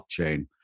blockchain